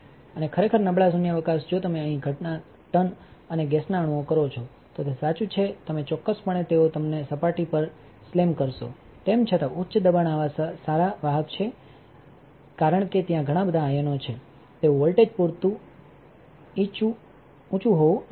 અને ખરેખર નબળા શૂન્યાવકાશ જો તમે અહીં ઘણા ટન અને ગેસના અણુઓ કરો છો તો તે સાચું છે તમે ચોક્કસપણે તેઓ તેમને સપાટી પર સ્લેમ કરશોતેમ છતાં ઉચ્ચ દબાણ આવા સારા વાહક છે કારણ કે ત્યાં ઘણા બધા આયનો છે તેવું વોલ્ટેજ પૂરતું getંચુંહોવું મુશ્કેલ છે